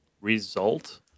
result